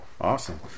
Awesome